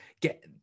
get